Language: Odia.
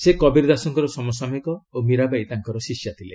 ସେ କବୀର ଦାସଙ୍କର ସମସାମୟିକ ଓ ମୀରାବାର୍ଚ୍ଚ ତାଙ୍କର ଶିଷ୍ୟା ଥିଲେ